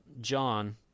John